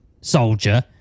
soldier